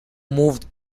moved